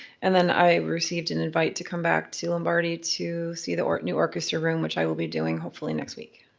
and then i received an invite to come back to lombardi to see the new orchestra room, which i will be doing hopefully next week.